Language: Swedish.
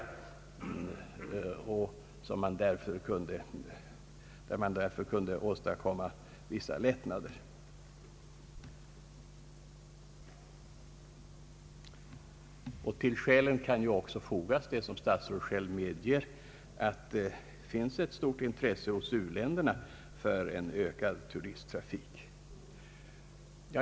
Här borde kunna åstadkommas vissa lättnader. Till skälen kan också fogas det som statsrådet själv medger, nämligen att det finns ett stort intresse hos u-länderna för en ökad turisttrafik.